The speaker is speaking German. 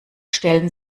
stellen